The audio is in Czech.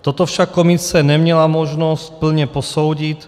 Toto však komise neměla možnost plně posoudit.